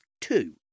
two